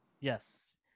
Yes